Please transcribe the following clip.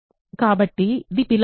కాబట్టి R ′